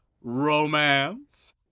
romance